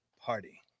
Party